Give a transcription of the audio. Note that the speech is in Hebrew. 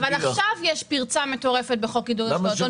אבל עכשיו יש פרצה מטורפת בחוק עידוד השקעות הון.